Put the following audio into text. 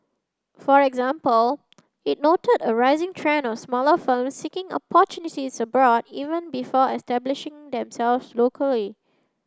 for example it noted a rising trend of smaller firms seeking opportunities abroad even before establishing themselves locally